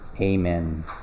Amen